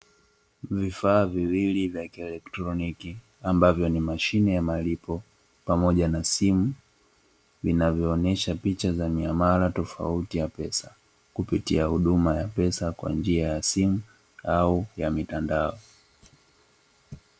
Vifaa viwili vya kielektroniki, ambavyo ni mashine ya malipo pamoja na simu, vinavyoonyesha picha za miamala tofauti ya pesa kupitia huduma ya pesa kwa njia ya simu au ya mitandao.